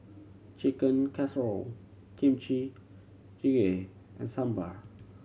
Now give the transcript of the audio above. Chicken Casserole Kimchi Jjigae and Sambar